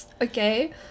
Okay